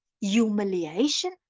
humiliation